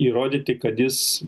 įrodyti kad jis